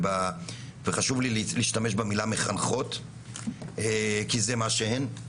חשוב לי להשתמש במילה מחנכות כי זה מה שהן,